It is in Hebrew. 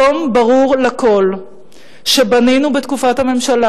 היום ברור לכול שבנינו בתקופת הממשלה